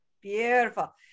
Beautiful